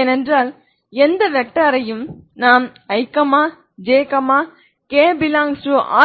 ஏனென்றால் எந்த வெக்டார் ஐயும் நான் i j k